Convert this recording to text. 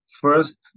first